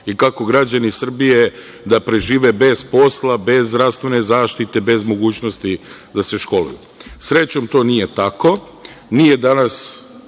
i kako građani Srbije da prežive bez posla, bez zdravstvene zaštite, bez mogućnosti da se školuju. Srećom to nije tako. Nije danas